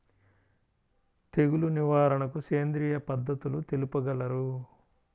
తెగులు నివారణకు సేంద్రియ పద్ధతులు తెలుపగలరు?